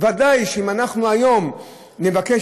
ודאי שאם היום אנחנו נבקש,